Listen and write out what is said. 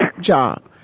job